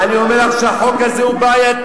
אני אומר לך שהחוק הזה הוא בעייתי.